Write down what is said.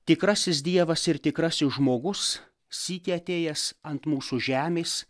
tikrasis dievas ir tikrasis žmogus sykį atėjęs ant mūsų žemės